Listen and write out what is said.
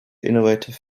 innovative